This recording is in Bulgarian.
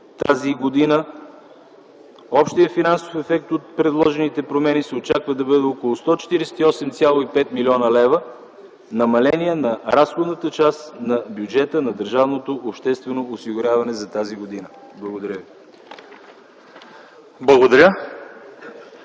април т.г., общият финансов ефект от предложените промени се очаква да бъде около 148,5 млн. лв. намаление на разходната част на бюджета на държавното обществено осигуряване за тази година. Благодаря.